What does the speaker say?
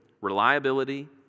reliability